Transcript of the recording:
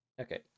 Okay